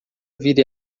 vire